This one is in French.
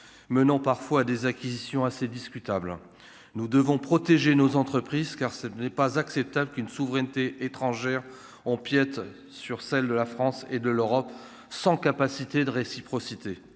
menant parfois des acquisitions assez discutable, nous devons protéger nos entreprises car ce n'est pas acceptable qu'une souveraineté étrangère empiète sur celle de la France et de l'Europe, sans capacité de réciprocité